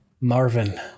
marvin